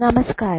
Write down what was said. നമസ്കാരം